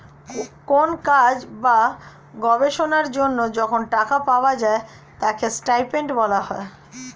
কোন কাজ বা গবেষণার জন্য যখন টাকা পাওয়া যায় তাকে স্টাইপেন্ড বলা হয়